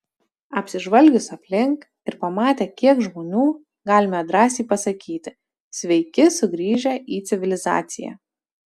apsižvalgius aplink ir pamatę kiek žmonių galime drąsiai pasakyti sveiki sugrįžę į civilizaciją